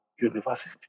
University